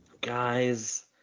Guys